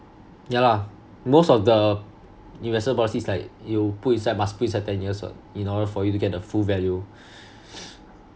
ya lah most of the investment policies like you put inside must put inside ten years [what] in order for you to get the full value